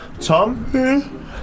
Tom